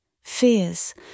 fears